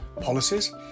Policies